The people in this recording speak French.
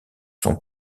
sont